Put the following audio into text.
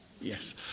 Yes